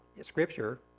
scripture